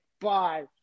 bye